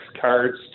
cards